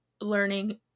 learning